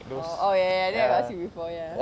oh oh ya ya ya I think I got see before ya